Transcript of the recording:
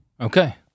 Okay